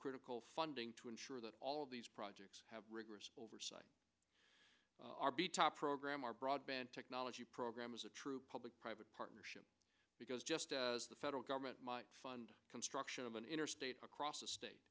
critical funding to ensure that all of these projects have rigorous oversight rb top program our broadband technology program is a true public private partnership because just as the federal government might fund construction of an interstate across the state